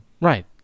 Right